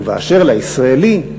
ואשר לישראלי,